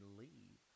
leave